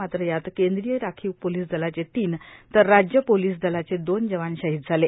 मात्र यात केंद्रीय राखीव पोलीस दलाचे तीन तर राज्य पोलीस दलाचे दोन जवान शहीद झाले